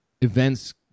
events